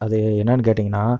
அது என்னென்னு கேட்டிங்கனா